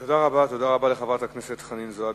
תודה רבה לחברת הכנסת חנין זועבי.